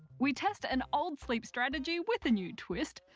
we test an old sleep strategy with a new twist.